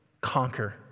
conquer